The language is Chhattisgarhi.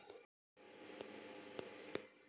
हमला कुछु आवेदन भरेला पढ़थे?